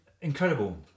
Incredible